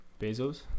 Bezos